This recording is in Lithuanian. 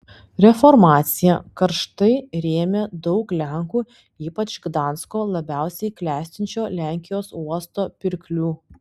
reformaciją karštai rėmė daug lenkų ypač gdansko labiausiai klestinčio lenkijos uosto pirklių